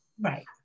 Right